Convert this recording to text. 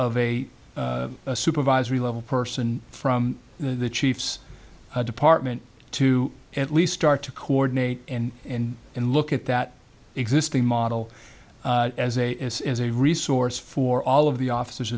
of a supervisory level person from the chief's department to at least start to coordinate and in and look at that existing model as a as a resource for all of the officers